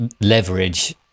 leverage